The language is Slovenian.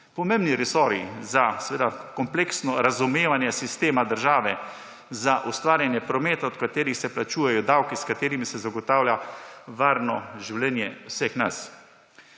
Pomembni resorji za kompleksno razumevanje sistema države, za ustvarjanje prometov, od katerih se plačujejo davki, s katerimi se zagotavlja varno življenje vseh nas.